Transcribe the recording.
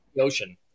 ocean